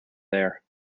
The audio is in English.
there